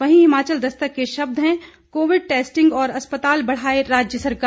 वहीं हिमाचल दस्तक के शब्द हैं कोविड टेस्टिंग और अस्पताल बढ़ाए राज्य सरकार